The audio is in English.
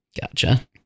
Gotcha